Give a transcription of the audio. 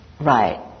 right